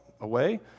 away